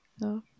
No